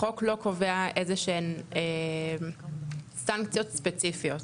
החוק לא קובע איזה שהן סנקציות ספציפיות.